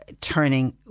Turning